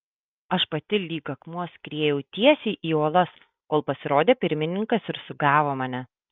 aš pati lyg akmuo skriejau tiesiai į uolas kol pasirodė pirmininkas ir sugavo mane